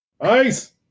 Ice